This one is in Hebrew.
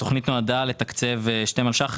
התוכנית נועדה לתקצב 2 מיליון שקלים,